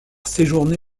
séjourne